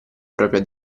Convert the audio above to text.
propria